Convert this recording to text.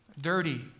dirty